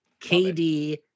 kd